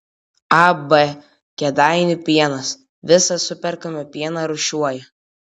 ab kėdainių pienas visą superkamą pieną rūšiuoja